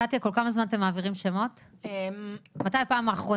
קטיה, כל כמה זמן אתם מעבירים שמות?